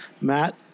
matt